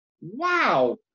Wow